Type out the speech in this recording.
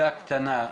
שאלה קטנה,